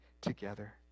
together